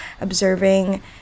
observing